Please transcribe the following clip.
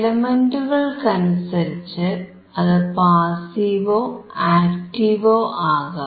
എലമെന്റുകൾക്കനുസരിച്ച് അത് പാസീവോ ആക്ടീവോ ആകാം